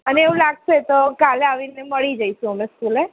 અને એવું લાગશે તો કાલે આવીને મળી જઇશું અમે સ્કૂલે